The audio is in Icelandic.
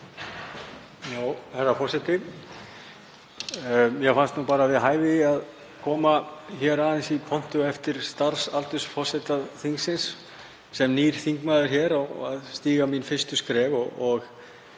Herra forseti. Mér fannst við hæfi að koma hér aðeins í pontu á eftir starfsaldursforseta þingsins, sem nýr þingmaður hér að stíga mín fyrstu skref, og